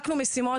משימות,